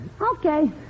Okay